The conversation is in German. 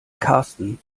karsten